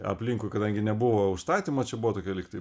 aplinkui kadangi nebuvo užstatymo čia buvo tokia lygtai